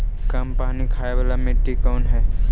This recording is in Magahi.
कम पानी खाय वाला मिट्टी कौन हइ?